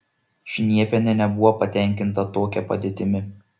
šniepienė nebuvo patenkinta tokia padėtimi